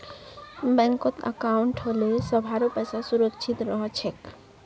बैंकत अंकाउट होले सभारो पैसा सुरक्षित रह छेक